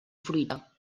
fruita